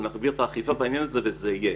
אנחנו נגביר את האכיפה בעניין זה וזה יהיה.